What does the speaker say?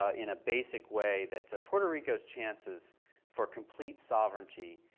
ah in a basic way, that puerto rico's chances for complete sovereignty,